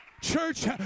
Church